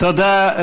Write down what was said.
תודה.